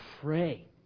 pray